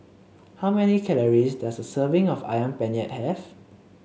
how many calories does a serving of ayam Penyet have